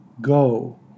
Go